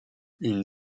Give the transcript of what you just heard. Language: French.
une